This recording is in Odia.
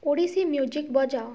ଓଡ଼ିଶୀ ମ୍ୟୁଜିକ୍ ବଜାଅ